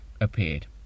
appeared